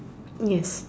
yes